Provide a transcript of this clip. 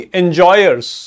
enjoyers